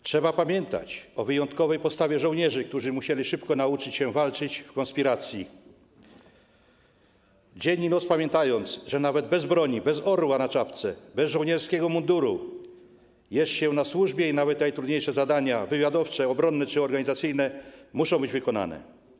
Trzeba pamiętać o wyjątkowej postawie żołnierzy, którzy musieli szybko nauczyć się walczyć w konspiracji, dzień i noc pamiętając, że nawet bez broni, bez orła na czapce, bez żołnierskiego munduru jest się na służbie i nawet najtrudniejsze zadania wywiadowcze, obronne czy organizacyjne muszą być wykonane.